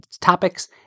topics